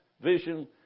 vision